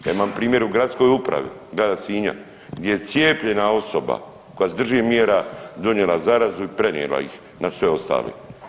Ja imam primjer u gradskoj upravi grada Sinja gdje cijepljena osoba koja se drži mjera je donijela zarazu i prenijela ih na sve ostale.